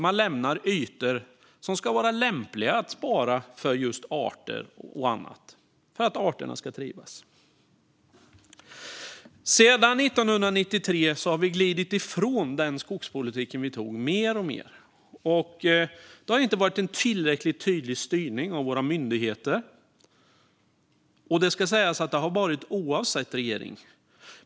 Man lämnar ytor som ska vara lämpliga att spara för just arter och annat, för att arterna ska trivas. Sedan 1993 har vi mer och mer glidit ifrån den skogspolitik som vi antog då. Det har inte varit en tillräckligt tydlig styrning av våra myndigheter, och det ska sägas att detta har gällt oavsett regering.